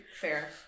Fair